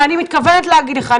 אני מתכוונת להגיד לך,